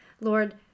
Lord